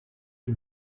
too